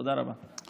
תודה רבה.